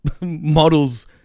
models